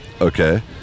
Okay